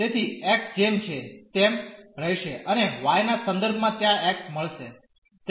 તેથી x જેમ છે તેમ રહેશે અને y ના સંદર્ભમાં ત્યાં x મળશે